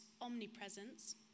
omnipresence